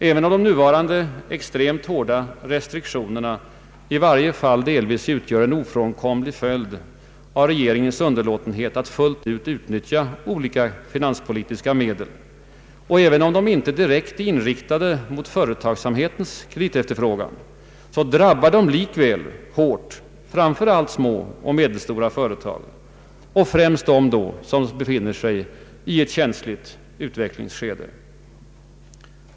även om de nuvarande extremt hårda restriktionerna i varje fall delvis utgör en ofrånkomlig följd av regeringens underlåtenhet att fullt ut utnyttja finanspolitiska medel och även om de inte direkt riktats mot företagsamhetens kreditefterfrågan, drabbar de likväl hårt framför allt små och medelstora företag och främst dem som befinner sig i ett känsligt utvecklingsskede.